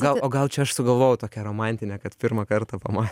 gal o gal čia aš sugalvojau tokią romantinę kad pirmą kartą pama